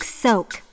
soak